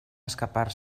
escapar